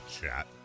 chat